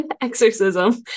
exorcism